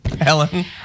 Helen